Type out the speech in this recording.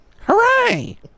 Hooray